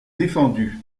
défendu